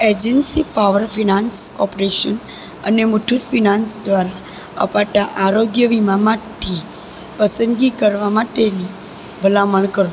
agency power finance corporation અને Muthoot finance દ્વારા અપાતાં આરોગ્ય વીમામાંથી પસંદગી કરવાં માટેની ભલામણ કરો